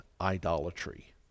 idolatry